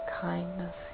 kindness